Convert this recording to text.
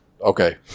Okay